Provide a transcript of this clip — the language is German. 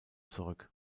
zurück